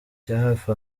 hafi